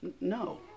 No